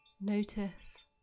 Notice